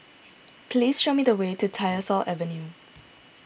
please show me the way to Tyersall Avenue